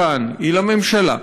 היא לממשלה: